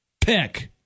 pick